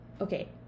okay